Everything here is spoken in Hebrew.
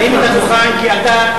תרים את הדוכן, תגביה את הדוכן.